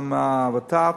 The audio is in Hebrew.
גם עם הוות"ת.